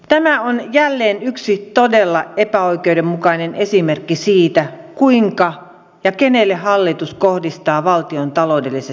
tämä on jälleen yksi todella epäoikeudenmukainen esimerkki siitä kuinka ja kenelle hallitus kohdistaa valtion taloudelliset säästöt